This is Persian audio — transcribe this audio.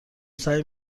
سعی